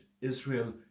Israel